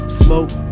smoke